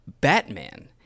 Batman